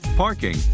parking